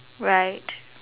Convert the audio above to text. right